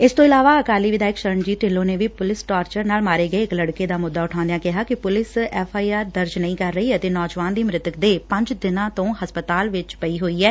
ਇਸ ਤੋਂ ਇਲਾਵਾ ਅਕਾਲੀ ਵਿਧਾਇਕ ਸ਼ਰਣਜੀਤ ਢਿੱਲੋਂ ਨੇ ਵੀ ਪੁਲਿਸ ਟਾਰੱਚਰ ਨਾਲ ਮਾਰੇ ਗਏ ਇਕ ਲੜਕੇ ਦਾ ਮੁੱਦਾ ਉਠਾਉਂਦਿਆ ਕਿਹਾ ਕਿ ਪੁਲਿਸ ਐਫ਼ ਆਈ ਆਰ ਦਰਜ ਨਹੀਂ ਕਰ ਰਹੀ ਅਤੇ ਨੌਜਵਾਨ ਦੀ ਮ੍ਰਿਤਕ ਦੇਹ ਪੰਜ ਦਿਨਾਂ ਤੋਂ ਹਸਪਤਾਲ ਚ ਪਈ ਹੋਈ ਐ